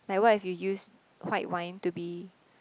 like what if you use white wine to be